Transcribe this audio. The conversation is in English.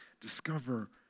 Discover